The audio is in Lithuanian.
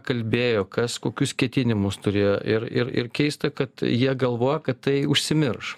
kalbėjo kas kokius ketinimus turėjo ir ir ir keista kad jie galvojo kad tai užsimirš